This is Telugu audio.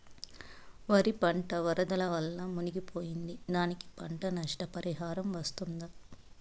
వరి పంట వరదల వల్ల మునిగి పోయింది, దానికి పంట నష్ట పరిహారం వస్తుందా?